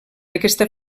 aquesta